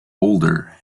older